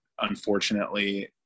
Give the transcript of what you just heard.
unfortunately